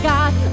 God